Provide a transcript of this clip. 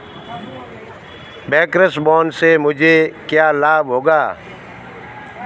Bankers bonus से मुझे क्या लाभ होगा?